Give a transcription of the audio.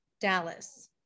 dallas